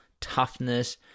toughness